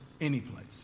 anyplace